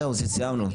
זהו, סיימנו.